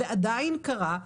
ועדיין קרה,